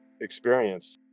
experience